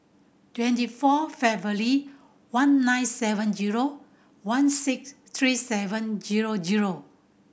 twenty four February one nine seven zero one six three seven zero zero